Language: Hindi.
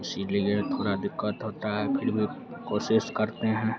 इसीलिए थोड़ी दिक़्क़त होती है फिर भी कोशिश करते हैं